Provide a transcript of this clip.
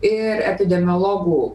ir epidemiologų